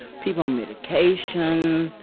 people on medication.